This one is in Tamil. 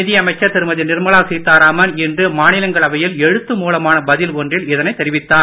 நிதியமைச்சர் திருமதி நிர்மலா சீதாராமன் இன்று மாநிலங்களவையில் எழுத்து மூலமான பதில் ஒன்றில் இதனை தெரிவித்தார்